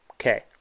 okay